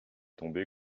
tombée